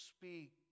speak